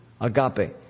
agape